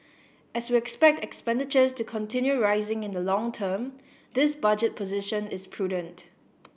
as we expect expenditures to continue rising in the long term this budget position is prudent